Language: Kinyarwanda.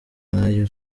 nk’ayo